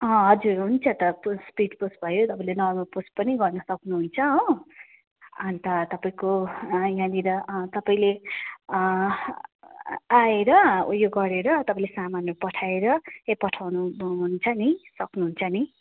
अँ हजुर हुन्छ त पोस्ट स्पिड पोस्ट भयो तपाईँले नर्मल पोस्ट पनि गर्न सक्नुहुन्छ हो अन्त तपाईँको यहाँनिर तपाईँले आएर उयो गरेर तपाईँले सामानहरू पठाएर चाहिँ पठाउनुहुन्छ नि सक्नुहुन्छ नि